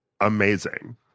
amazing